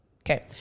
okay